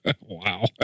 Wow